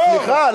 סליחה,